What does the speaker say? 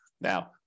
Now